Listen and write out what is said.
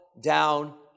down